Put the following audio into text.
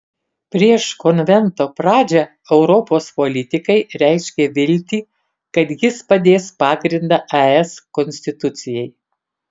prieš konvento pradžią europos politikai reiškė viltį kad jis padės pagrindą es konstitucijai